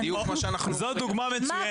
בדיוק כמו שאנחנו --- זו בדיוק הבעיה,